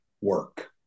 work